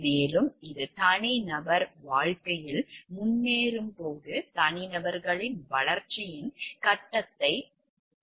மேலும் இது தனிநபர் வாழ்க்கையில் முன்னேறும்போது தனிநபர்களின் வளர்ச்சியின் கட்டத்தை அடிப்படையாகக் கொண்டது